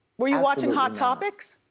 were you watching hot topics?